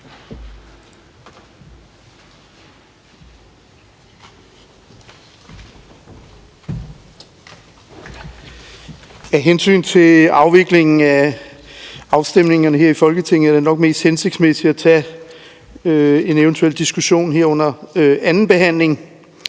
Af hensyn til afviklingen af afstemningerne her i Folketinget er det nok mest hensigtsmæssigt at tage en eventuel diskussion her under andenbehandlingen